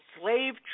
slave